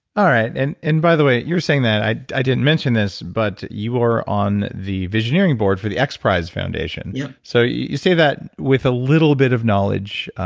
all right, and and by the way, you're saying that. i i didn't mention this, but you are on the visioneering board for the xprize foundation yup so you say that with a little bit of knowledge.